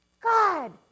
God